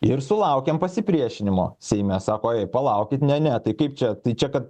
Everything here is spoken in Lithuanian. ir sulaukėm pasipriešinimo seime sako palaukit ne ne tai kaip čia tai čia kad